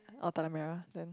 oh Tanah-Merah then